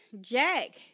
Jack